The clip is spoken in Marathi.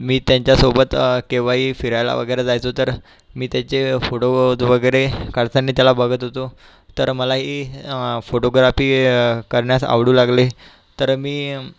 मी त्यांच्या सोबत केव्हाही फिरायला वगैरे जायचो तर मी त्याचे फोटोज वगैरे काढताना त्याला बघत होतो तर मलाही फोटोग्राफी करण्यास आवडू लागले तर मी